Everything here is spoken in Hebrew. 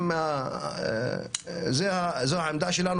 זו העמדה שלנו